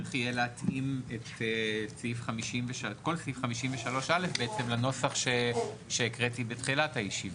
צריך יהיה להתאים את כל סעיף 53 א' בעצם לנוסח שהקראתי בתחילת הישיבה.